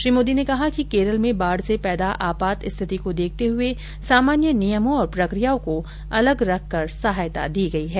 श्री मोदी ने कहा कि केरल में बाढ़ से पैदा आपात स्थिति को देखते हुए सामान्य नियमों और प्रक्रियाओं को अलग रख कर सहायता दी गई है